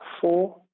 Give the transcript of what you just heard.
four